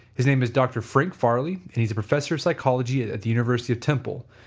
his name is dr. frank farley and he is a professor of psychology at at the university of temple.